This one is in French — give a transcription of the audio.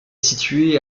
situé